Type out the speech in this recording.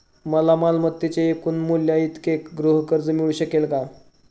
मला मालमत्तेच्या एकूण मूल्याइतके गृहकर्ज मिळू शकेल का?